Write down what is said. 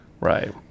Right